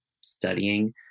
studying